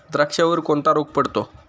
द्राक्षावर कोणता रोग पडतो?